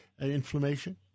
inflammation